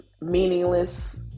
meaningless